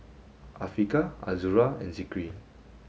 Afiqah Azura and Zikri